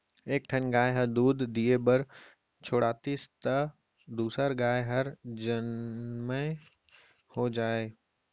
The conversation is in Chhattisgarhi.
एक ठन गाय ह दूद दिये बर छोड़ातिस त दूसर गाय हर जनमउ हो जाए